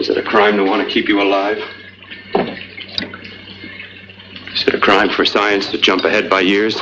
is it a crime to want to keep you alive a crime for science to jump ahead by years